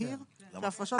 שתבהיר הפרשות לקופת גמל?